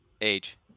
Age